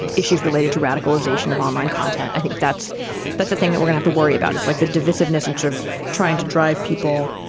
issues related to radicalization of online content i think that's that's a thing that we have to worry about. it's like the divisiveness and of trying to drive people.